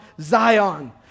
Zion